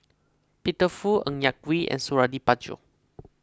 Peter Fu Ng Yak Whee and Suradi Parjo